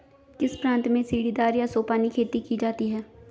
किस प्रांत में सीढ़ीदार या सोपानी खेती की जाती है?